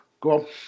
go